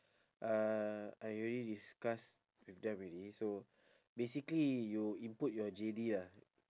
uh I already discussed with them already so basically you input your J_D ah